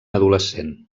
adolescent